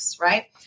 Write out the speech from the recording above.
right